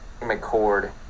McCord